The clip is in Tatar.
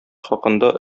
хакында